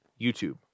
YouTube